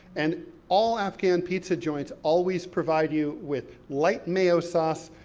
and all afghan pizza joints always provide you with light mayo sauce,